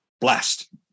blast